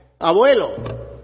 Abuelo